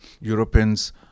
Europeans